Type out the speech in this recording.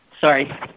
sorry